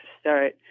start